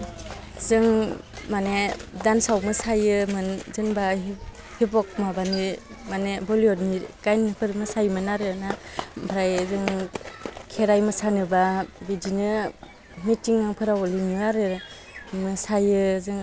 जों माने दान्साव मोसायोमोन जेनेबा हिपहप माबानि माने बलीवुडनि गानफोर मोसायोमोन आरो ना एमफ्राय जों खेराइ मोसानोबा बिदिनो मिटिंफोराव लिङो आरो मोसायो जों